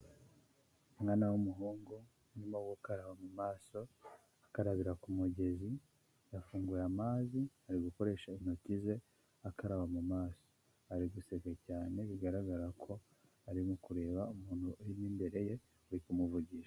Umwana w'umuhungu urimo gukaraba mu maso, akarabira ku mugezi, yafunguye amazi ari gukoresha intoki ze akaraba mu maso, ari guseka cyane bigaragara ko arimo kureba umuntu uri imbere ye uri kumuvugisha.